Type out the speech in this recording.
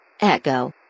Echo